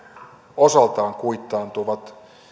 osaltaan kuittaantuu